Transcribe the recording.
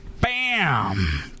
bam